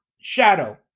shadow